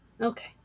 Okay